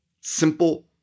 simple